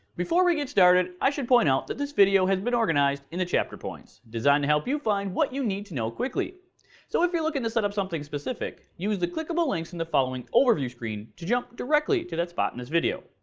before we get started, i should point out that this video has been organized into chapter points designed to help you find what you need to know, quickly. so if you're looking to set up something specific, use the clickable links in the following overview screen to jump directly to that spot in this video.